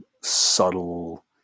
subtle